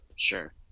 Sure